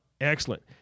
Excellent